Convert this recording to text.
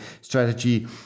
strategy